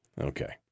Okay